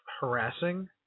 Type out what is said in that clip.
harassing